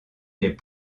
les